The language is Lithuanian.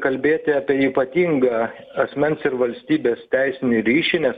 kalbėti apie ypatingą asmens ir valstybės teisinį ryšį nes